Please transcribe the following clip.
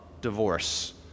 divorce